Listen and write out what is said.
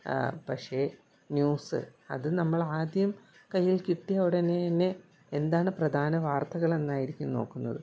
പക്ഷെ ന്യൂസ് അത് നമ്മളാദ്യം കയ്യിൽ കിട്ടിയാൽ ഉടനെ തന്നെ എന്താണ് പ്രധാനവാർത്തകൾ എന്നായിരിക്കും നോക്കുന്നത്